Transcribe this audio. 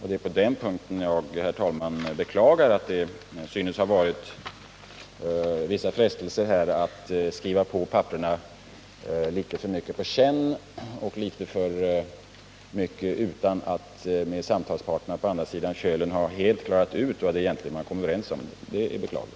Det är på den punkten jag beklagar, herr talman, att vissa frestelser synes ha förelegat att underteckna papperen litet för mycket på känn och utan att med samtalspartnern på andra sidan Kölen helt ha klarat ut vad man egentligen har kommit överens om. Det är beklagligt.